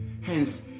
Hence